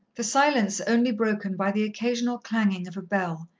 the silence only broken by the occasional clanging of a bell,